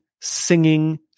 singing